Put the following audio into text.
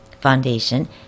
Foundation